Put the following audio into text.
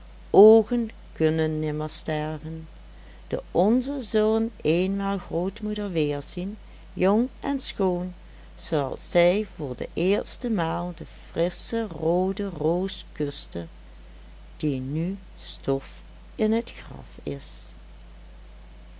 oogen oogen kunnen nimmer sterven de onze zullen eenmaal grootmoeder weerzien jong en schoon zooals zij voor de eerste maal de frissche roode roos kuste die nu stof in het graf is